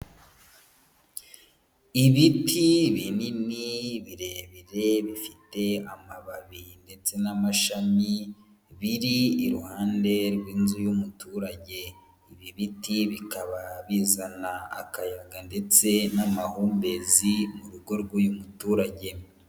Ibiti binini, birebire, bifite amababi, ndetse n'amashami, biri iruhande rw'inzu y'umuturage. Ibiti bikaba bizana akayaga ndetse n'amahumbezi mu rugo rw'uyu muturage.